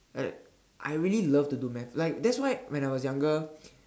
I I really love to do math like that's why when I was younger